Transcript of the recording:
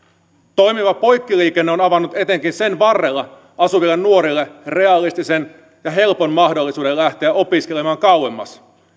toimiva poikkiliikenne on avannut etenkin sen varrella asuville nuorille realistisen ja helpon mahdollisuuden lähteä opiskelemaan kauemmas